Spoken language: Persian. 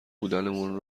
بودنمان